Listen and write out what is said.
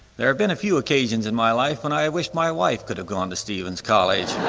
there have been a few occasions in my life when i wished my wife could have gone to stephens college.